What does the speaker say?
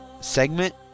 segment